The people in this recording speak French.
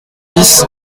dix